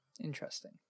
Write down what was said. Interesting